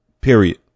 Period